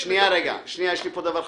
שנייה, יש לי פה דבר חשוב.